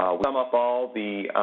we sum up all the